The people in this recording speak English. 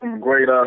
great